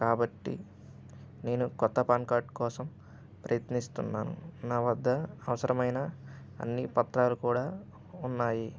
కాబట్టి నేను కొత్త పాన్ కార్డ్ కోసం ప్రయత్నిస్తున్నాను నా వద్ద అవసరమైన అన్ని పత్రాలు కూడా ఉన్నాయి